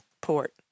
port